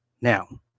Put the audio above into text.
Now